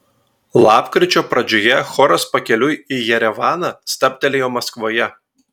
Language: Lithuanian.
lapkričio pradžioje choras pakeliui į jerevaną stabtelėjo maskvoje